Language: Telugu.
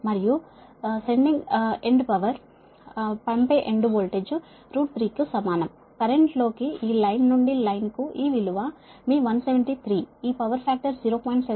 మరియు పంపే ఎండ్ పవర్ పంపే ఎండ్ వోల్టేజ్ 3 కు సమానం కరెంటు లో కి ఈ లైన్ నుండి లైన్ కు ఈ విలువ మీ 173 ఈ పవర్ ఫాక్టర్ 0